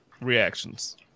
Reactions